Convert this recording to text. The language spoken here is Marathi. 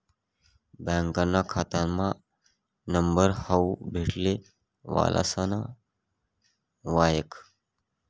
बँकाना खातामा नंबर हावू भेटले वालासना वयख